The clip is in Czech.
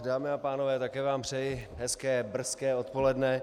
Dámy a pánové, také vám přeji hezké brzké odpoledne.